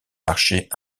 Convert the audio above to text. marché